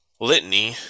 litany